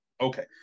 okay